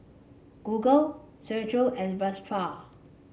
Google and Vespa